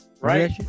Right